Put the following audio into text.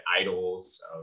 idols